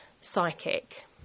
psychic